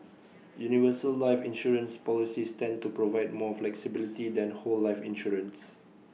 universal life insurance policies tend to provide more flexibility than whole life insurance